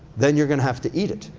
then you're gonna have to eat it.